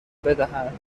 بدهند